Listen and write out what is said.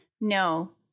No